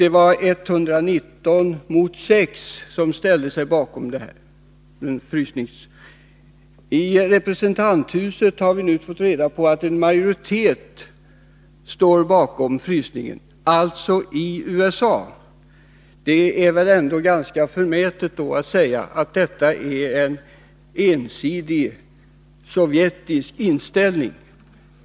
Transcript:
Det var 119 nationer mot 6 som ställde sig bakom kravet på en frysning. Vi har nu fått reda på att en majoritet i representanthuset i USA står bakom kravet för en frysning. Det är väl då ändå ganska förmätet att säga att detta är en ensidig sovjetisk inställning!